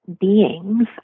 beings